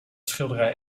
schilderij